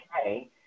okay